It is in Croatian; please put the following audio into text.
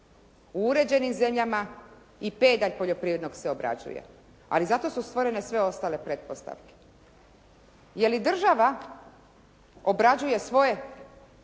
U uređenim zemljama i pedalj poljoprivrednog se obrađuje, ali zato su stvorene sve ostale pretpostavke. Je li država obrađuje svoje